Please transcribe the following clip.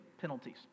penalties